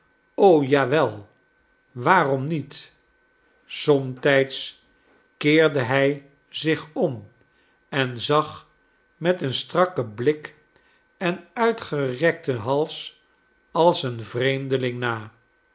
ja wel waarom niet somtijds keerde hij zich om en zag met een strakken blik en uitgerekten hals een vreemdeling na